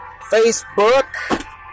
Facebook